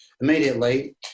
immediately